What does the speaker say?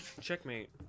Checkmate